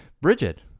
Bridget